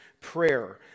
prayer